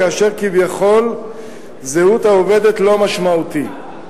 כאשר כביכול זהות העובדת לא משמעותית.